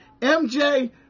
MJ